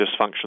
dysfunction